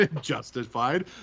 justified